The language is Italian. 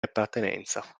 appartenenza